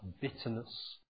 bitterness